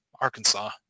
Arkansas